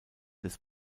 des